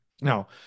Now